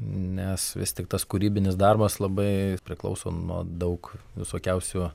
nes vis tik tas kūrybinis darbas labai priklauso nuo daug visokiausių